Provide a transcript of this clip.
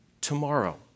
tomorrow